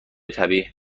طبیعی